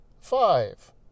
five